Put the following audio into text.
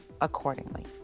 accordingly